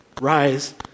Rise